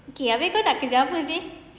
okay abeh kau nak kerja apa seh